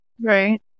Right